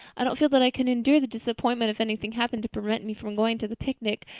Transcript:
i don't feel that i could endure the disappointment if anything happened to prevent me from getting to the picnic.